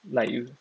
like you